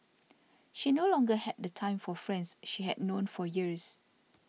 she no longer had the time for friends she had known for years